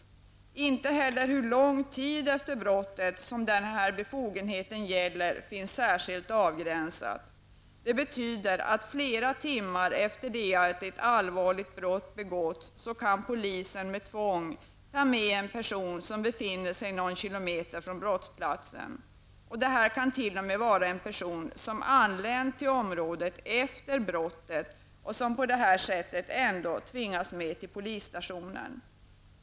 Det finns inte heller särskilt avgränsat hur lång tid efter brottet som dessa befogenheter gäller. Det betyder att polisen flera timmar efter det att ett allvarligt brott begåtts kan ta med en person med tvång som befinner sig någon kilometer från brottsplatsen. Det kan t.o.m. vara en person som anlänt till området efter brottet, som på det här sättet tvingas med till polisstationen.